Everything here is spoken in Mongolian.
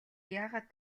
яагаад